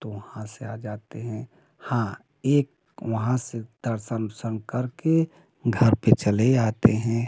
तो वहाँ से आ जाते हैं हाँ एक वहाँ से दर्शन ओर्सन करके घर पे चले आते हैं